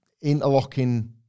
interlocking